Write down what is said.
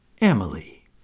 Emily